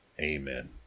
Amen